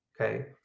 Okay